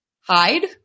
hide